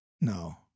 No